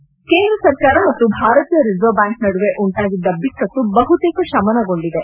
head ಕೇಂದ್ರ ಸರಕಾರ ಮತ್ತು ಭಾರತೀಯ ರಿಸರ್ವ್ ಬ್ಡಾಂಕ್ ನಡುವೆ ಉಂಟಾಗಿದ್ದ ಬಿಕ್ಕಟ್ಟು ಬಹುತೇಕ ಶಮನಗೊಂಡಿದೆ